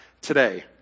today